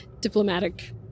diplomatic